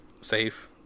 safe